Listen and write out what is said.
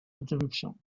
interruption